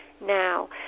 Now